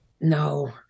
No